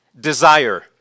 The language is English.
desire